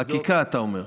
חקיקה, אתה אומר.